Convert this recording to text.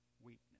weakness